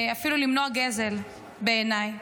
אפילו למנוע גזל, בעיניי.